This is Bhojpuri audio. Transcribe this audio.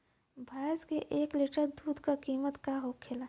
भैंस के एक लीटर दूध का कीमत का होखेला?